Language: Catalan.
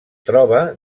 troba